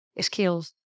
skills